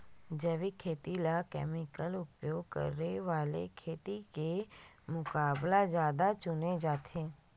जैविक खेती ला केमिकल उपयोग करे वाले खेती के मुकाबला ज्यादा चुने जाते